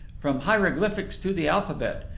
from hieroglyphics to the alphabet,